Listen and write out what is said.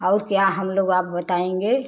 और क्या हम लोग आप बताएँगे